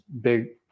big